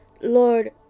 Lord